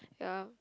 ya